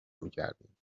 میکردیم